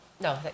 No